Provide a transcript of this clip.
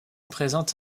présente